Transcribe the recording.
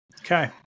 Okay